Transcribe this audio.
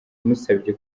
musabye